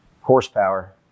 horsepower